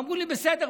אמרו לי: בסדר,